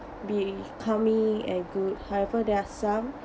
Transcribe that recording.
being calming and good however there are some